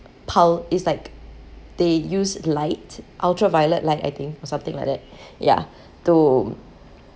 pul~ it's like they use light ultraviolet light I think or something like that ya to